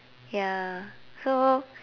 ya so